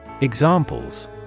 Examples